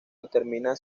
determina